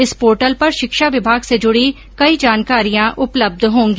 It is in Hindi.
इस पोर्टल पर शिक्षा विभाग से जुडी कई जानकारियां उपलब्ध होंगी